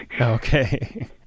Okay